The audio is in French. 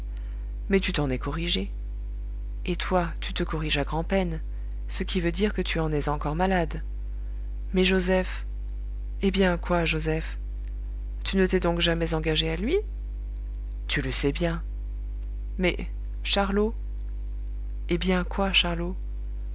mais tu t'en es corrigé et toi tu te corriges à grand'peine ce qui veut dire que tu en es encore malade mais joseph eh bien quoi joseph tu ne t'es donc jamais engagée à lui tu le sais bien mais charlot eh bien quoi charlot